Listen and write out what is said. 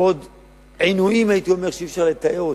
ועוד עינויים, הייתי אומר שאי-אפשר לתאר,